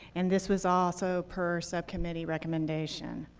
and this was also per subcommittee recommendation.